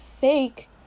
fake